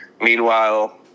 Meanwhile